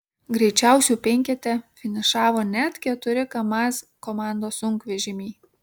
greičiausių penkete finišavo net keturi kamaz komandos sunkvežimiai